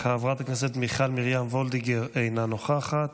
חברת הכנסת מיכל מרים וולדיגר, אינה נוכחת.